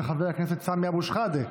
של חבר הכנסת סמי אבו שחאדה.